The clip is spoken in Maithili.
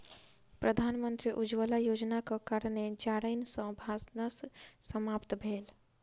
प्रधानमंत्री उज्ज्वला योजनाक कारणेँ जारैन सॅ भानस समाप्त भेल